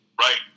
Right